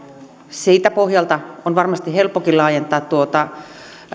siltä pohjalta on varmasti helppokin laajentaa tuota